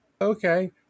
Okay